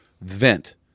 vent